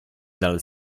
dal